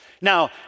Now